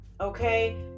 okay